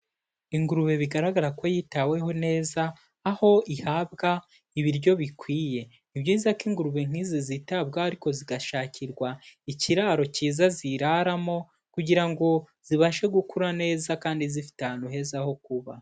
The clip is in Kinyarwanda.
Ingurube bigaragara ko yitaweho neza, aho ihabwa ibiryo bikwiye, ni byiza ko ingurube nk'izi zitabwaho ariko zigashakirwa ikiraro kiza ziraramo kugira ngo zibashe gukura neza kandi zifite ahantu heza ho kuba.